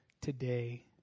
today